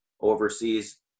overseas